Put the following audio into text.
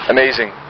Amazing